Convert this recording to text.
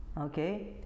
Okay